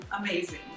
amazing